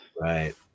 Right